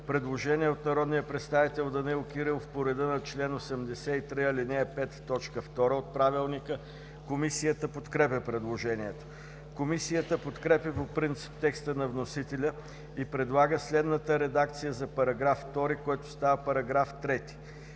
Предложение на народния представител Данаил Кирилов по реда на чл. 83, ал. 5, т. 2 от ПОДНС. Комисията подкрепя предложението. Комисията подкрепя по принцип текста на вносителя и предлага следната редакция за § 2, който става § 3: „§ 3.